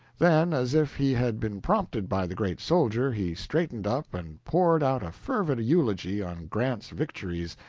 then, as if he had been prompted by the great soldier, he straightened up and poured out a fervid eulogy on grant's victories,